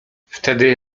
wtedy